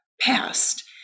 past